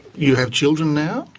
you have children now?